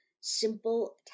simple